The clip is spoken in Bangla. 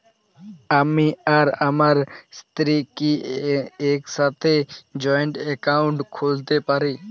আমি আর আমার স্ত্রী কি একসাথে জয়েন্ট অ্যাকাউন্ট খুলতে পারি?